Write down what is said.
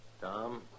Tom